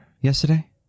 yesterday